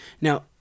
Now